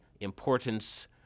importance